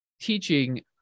teaching